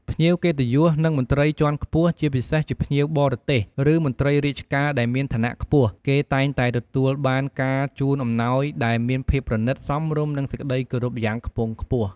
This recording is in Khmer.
ភ្ញៀវកិត្តិយស និងមន្ត្រីជាន់ខ្ពស់ ជាពិសេសជាភ្ញៀវបរទេស ឬមន្ត្រីរាជការដែលមានឋានៈខ្ពស់ គឺតែងតែទទួលបានការជូនអំណោយដែលមានភាពប្រណិត សមរម្យ និងសេចក្ដីគោរពយ៉ាងខ្ពង់ខ្ពស់។